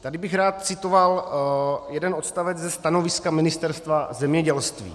Tady bych rád citoval jeden odstavec ze stanoviska Ministerstva zemědělství.